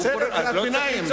הוא קורא קריאת ביניים,